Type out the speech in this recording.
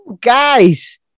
Guys